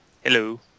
Hello